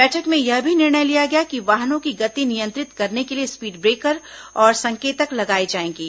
बैठक में यह भी निर्णय लिया गया कि वाहनों की गति नियंत्रित करने के लिए स्पीड ब्रेकर और संकेतक लगाए जाएंगे